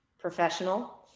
professional